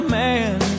man